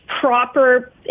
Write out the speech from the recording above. proper